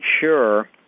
sure